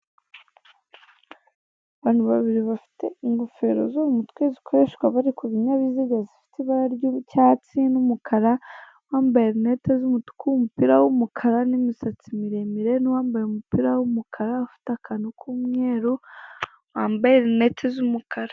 Abantu babiri bafite ingofero zo mu mutwe zikoreshwa bari ku binyabiziga zifite ibara ry'icyatsi n'umukara, uwambaye rinete zumutuku, umupira w'umukara n'imisatsi miremire, n'uwambaye umupira w'umukara, ufite akantu k'umweru, wambaye rinete z'umukara.